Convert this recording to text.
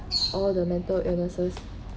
all the mental illnesses